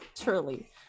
truly